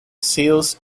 seals